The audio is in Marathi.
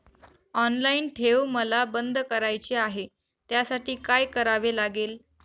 ऑनलाईन ठेव मला बंद करायची आहे, त्यासाठी काय करावे लागेल?